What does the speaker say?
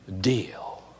deal